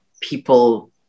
people